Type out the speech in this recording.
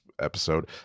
episode